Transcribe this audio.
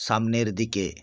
সামনের দিকে